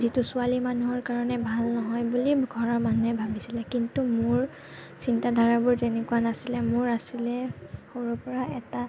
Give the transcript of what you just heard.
যিটো ছোৱালী মানুহৰ কাৰণে ভাল নহয় বুলি ঘৰৰ মানুহে ভাবিছিলে কিন্তু মোৰ চিন্তা ধাৰাবোৰ তেনেকুৱা নাছিলে মোৰ আছিলে সৰুৰ পৰা এটা